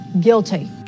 guilty